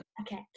okay